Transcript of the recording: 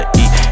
eat